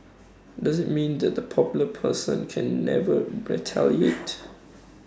does IT mean that the popular person can never retaliate